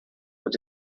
were